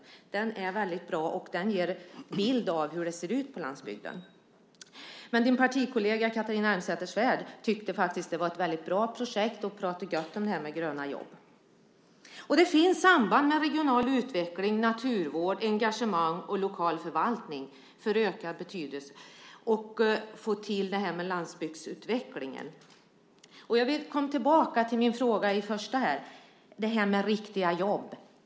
Den här utredningen är väldigt bra och ger en bild av hur det ser ut på landsbygden. Din partikollega Catharina Elmsäter-Svärd tyckte att Gröna jobb är ett väldigt bra projekt och talade väl om Gröna jobb. Det finns samband mellan regional utveckling, naturvård, engagemang och lokal förvaltning för att åstadkomma en ökad betydelse för detta och för att få till stånd en landsbygdsutveckling. Jag vill återkomma till min tidigare fråga, den om riktiga jobb.